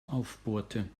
aufbohrte